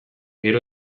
gero